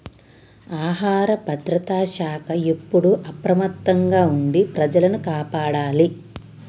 ఆహార భద్రత శాఖ ఎప్పుడు అప్రమత్తంగా ఉండి ప్రజలను కాపాడాలి